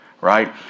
Right